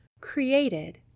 created